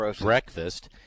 breakfast